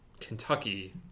Kentucky